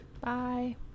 Bye